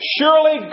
surely